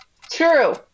True